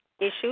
Issues